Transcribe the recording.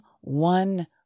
one